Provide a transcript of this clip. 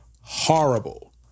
horrible